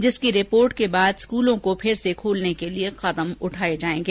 समिति की रिपोर्ट के बाद स्कूलों को फिर से खोलने के लिए कदम उठाये जायेंगे